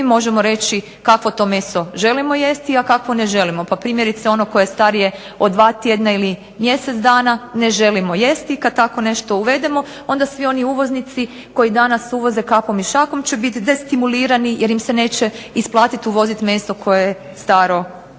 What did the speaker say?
mi možemo reći kakvo to meso želimo jesti, a kakvo ne želimo. Pa primjerice ono koje je starije od 2 tjedna ili mjesec dana ne želimo jesti. Kad tako nešto uvedemo onda svi oni uvoznici koji danas uvoze kapom i šakom će biti destimulirani jer im se neće isplatiti uvoziti meso koje je staro